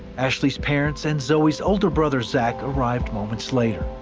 ashley's parents and zoe's older brother zach arrived moments later.